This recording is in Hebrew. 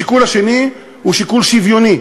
השיקול השני הוא שיקול של שוויון.